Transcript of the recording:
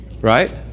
Right